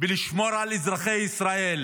בלשמור על אזרחי ישראל